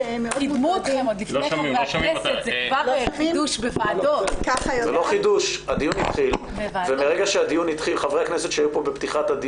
קודם כל יישר כוח על הדיון הזה ועל האפשרות להביע את דעתנו.